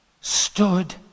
stood